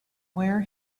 where